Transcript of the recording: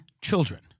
children